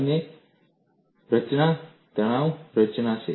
અને અન્ય રચના તણાવ રચના છે